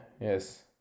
yes